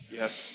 Yes